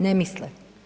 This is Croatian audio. Ne misle.